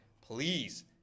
Please